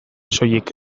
soilik